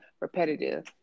repetitive